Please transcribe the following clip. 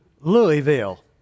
Louisville